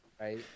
Right